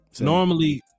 normally